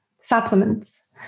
supplements